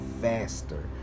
faster